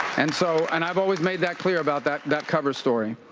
and so and i've always made that clear about that that cover story.